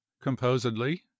composedly